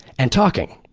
and talking,